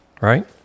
right